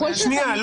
בכל זאת --- לא,